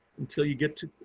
until you get to,